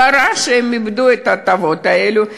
קרה שהם איבדו את ההטבות האלה.